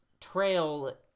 trail